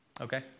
Okay